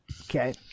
Okay